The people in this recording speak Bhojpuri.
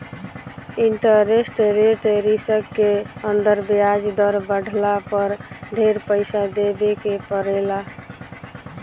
इंटरेस्ट रेट रिस्क के अंदर ब्याज दर बाढ़ला पर ढेर पइसा देवे के पड़ेला